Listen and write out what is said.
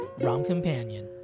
Rom-companion